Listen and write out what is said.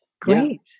Great